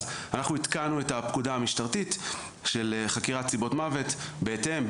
אז אנחנו עדכנו את הפקודה המשטרתית של חקירת סיבות מוות בהתאם,